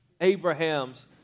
Abraham's